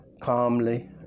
calmly